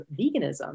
veganism